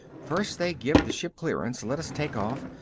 first they give the ship clearance, let us take off,